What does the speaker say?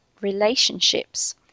relationships